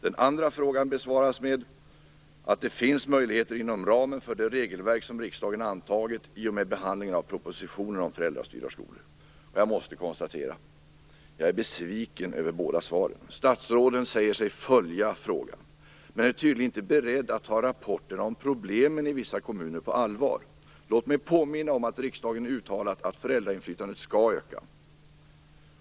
Den andra frågan besvaras med att det finns möjligheter inom ramen för det regelverk om riksdagen antagit i och med behandlingen av propositionen om föräldrastyrda skolor. Jag måste konstatera att jag är besviken över båda svaren. Statsrådet säger sig följa frågan, men hon är tydligen inte beredd att ta rapporter om problemen i vissa kommuner på allvar. Låt mig påminna om att riksdagen uttalat att föräldrainflytandet skall öka.